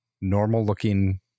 normal-looking